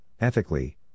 ethically